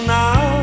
now